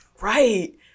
right